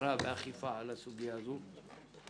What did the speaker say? בקרה ואכיפה על הסוגיה הזו.